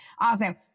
Awesome